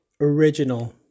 original